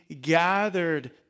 gathered